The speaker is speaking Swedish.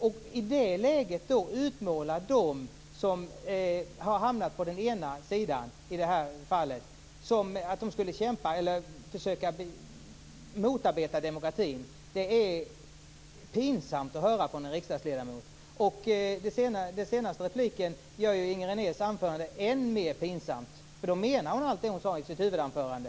Att i det läget utmåla dem som i det här fallet har hamnat på andra sidan som de som försöker motarbeta demokratin är någonting som det är pinsamt att höra från en riksdagsledamot. Inger Renés senaste replik gör att det hon anför blir ännu mera pinsamt. I så fall menar hon ju allt som hon sade i sitt huvudanförande.